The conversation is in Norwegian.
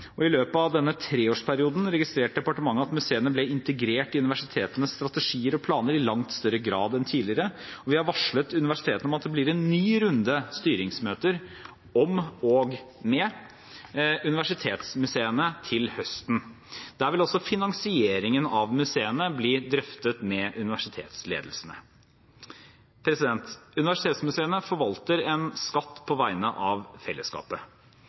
og i løpet av denne treårsperioden registrerte departementet at museene ble integrert i universitetenes strategier og planer i langt større grad enn tidligere. Vi har varslet universitetene om at det blir en ny runde med styringsmøter om og med universitetsmuseene til høsten. Der vil også finansieringen av museene bli drøftet med universitetsledelsene. Universitetsmuseene forvalter en skatt på vegne av fellesskapet.